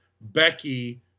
Becky